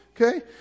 okay